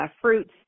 fruits